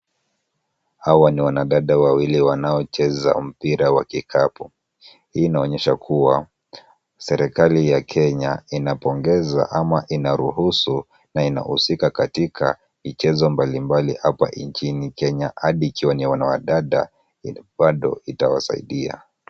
Hawa ni wanadada wawili wanaocheza mpira wa kikapu ,hii inaonyesha kuwa serikali ya Kenya inapongeza ama inaruhusu na inahusika katika michezo mbalimbali hapa nchini Kenya hadi ikiwa ni ya wanadada bado itawasaidia .